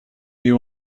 you